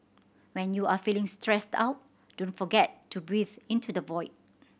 when you are feeling stressed out don't forget to breathe into the void